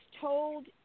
told